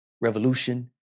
revolution